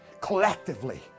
Collectively